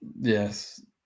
Yes